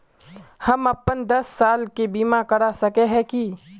हम अपन दस साल के बीमा करा सके है की?